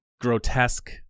grotesque